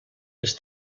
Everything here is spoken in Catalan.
les